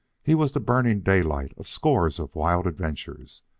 he was the burning daylight of scores of wild adventures,